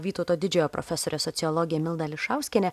vytauto didžiojo profesorė sociologė milda ališauskienė